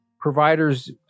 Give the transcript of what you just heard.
Providers